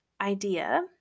idea